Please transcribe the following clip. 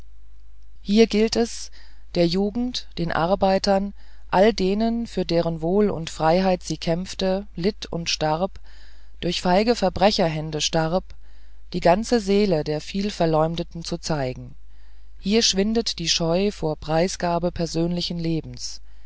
hier gilt es der jugend den arbeitern all denen für deren wohl und freiheit sie kämpfte litt und starb durch feige verbrecherhände starb die ganze seele der vielverleumdeten zu zeigen hier schwindet die scheu vor preisgabe persönlichen lebens